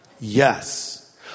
Yes